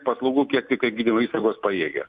paslaugų kiek tiktai gydymo įstaigos pajėgia